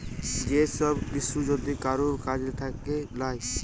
যে সব কিসু যদি কারুর কাজ থাক্যে লায়